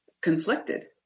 conflicted